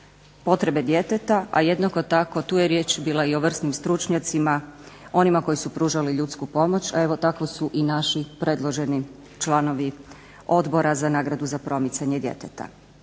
potrebe djeteta, a jednako tako tu je riječ bila i o vrsnim stručnjacima, onima koji su pružali ljudsku pomoć. A evo takvi su i naši predloženi članovi Odbora za nagradu za promicanje djeteta.